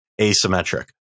asymmetric